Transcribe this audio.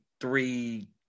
three